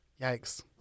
Yikes